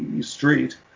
street